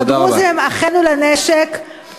הדרוזים הם אחינו לנשק,